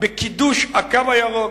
בקידוש "הקו הירוק"?